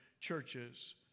churches